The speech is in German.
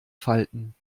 falten